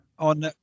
on